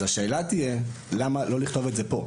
השאלה תהיה: למה לא לכתוב את זה פה?